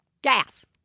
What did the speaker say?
Gas